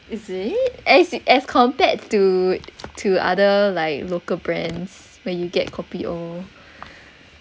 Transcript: is it as as compared to to other like local brands where you get kopi O